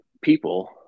people